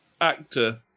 Actor